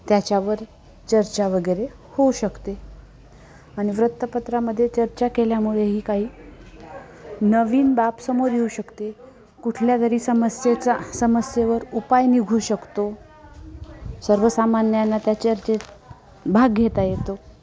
त्याच्यावर चर्चा वगैरे होऊ शकते आणि वृतपत्रामध्ये चर्चा केल्यामुळेही काही नवीन बाब समोर येऊ शकते कुठल्या तरी समस्येचा समस्येवर उपाय निघू शकतो सर्वसामान्याना त्या चर्चेत भाग घेता येतो